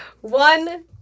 one